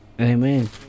Amen